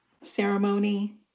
ceremony